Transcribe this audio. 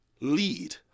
lead